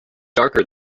darker